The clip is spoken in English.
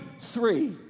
three